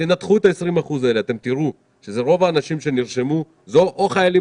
כשתנתחו את ה-20% האלה תוכלו לראות שרוב הנרשמים הם או חיילים